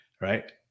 right